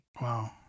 Wow